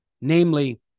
namely